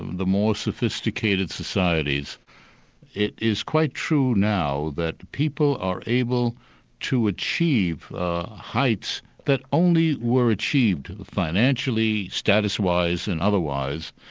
the more sophisticated societies it is quite true now that people are able to achieve heights that only were achieved financially, status-wise and otherwise,